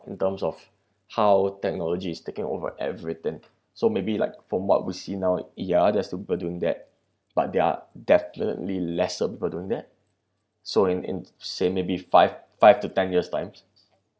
in terms of how technology is taking over everything so maybe like from what we see our ya there's still people doing that that but there're definitely lesser people doing that so in say maybe five five to ten years times